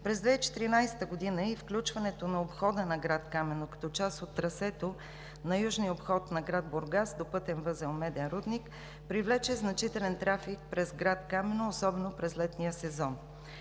през 2014 г. и включването на обхода на град Камено като част от трасето на южния обход на град Бургас до пътен възел „Меден рудник“ привлече значителен трафик през град Камено особено през летния сезон.